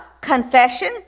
confession